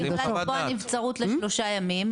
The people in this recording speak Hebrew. היא יכולה לקבוע נבצרות לשלושה ימים,